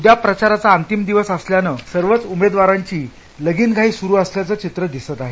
उद्या प्रचाराचा अंतिम दिवस असल्यानं सर्वच उमेदवारांची लगीनघाई सुरु असल्याचं चित्र दिसत आहे